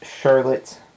Charlotte